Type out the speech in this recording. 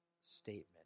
statement